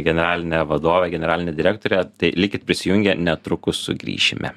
genalinę vadovę generalinę direktorę tai likit prisijungę netrukus sugrįšime